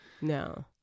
No